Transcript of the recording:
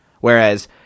Whereas